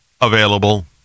available